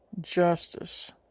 justice